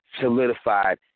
solidified